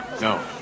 no